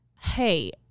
hey